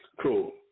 Cool